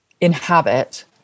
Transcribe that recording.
inhabit